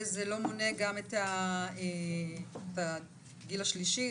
וזה לא מונה את הגיל השלישי,